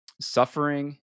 suffering